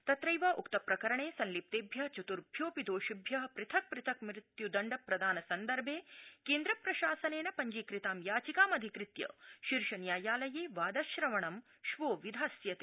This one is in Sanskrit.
तत्रैव उक्तप्रकरणे संलिप्तेभ्य चतुभ्योंऽपि दोषिभ्य पृथक पृथक मृत्युदण्ड प्रदानसन्दर्भे केन्द्रप्रशासनेन पञ्जीकृतां याचिकां अधिकृत्य शीर्षन्यायलये वादश्रवणं श्वो विधास्यते